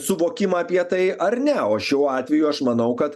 suvokimą apie tai ar ne o šiuo atveju aš manau kad